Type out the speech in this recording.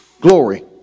glory